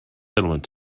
settlement